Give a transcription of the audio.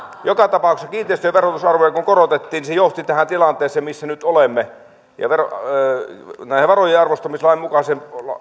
joka tapauksessa kun kiinteistöjen verotusarvoja korotettiin se johti tähän tilanteeseen missä nyt olemme kun nämä varojenarvostamislain mukaiset